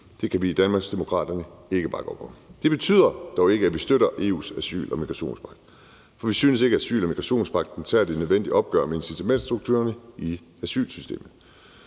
Det kan vi i Danmarksdemokraterne ikke bakke op om. Det betyder dog ikke, at vi støtter EU's asyl- og migrationspagt, for vi synes ikke, at asyl- og migrationspagten tager det nødvendige opgør med incitamentsstrukturerne i asylsystemet.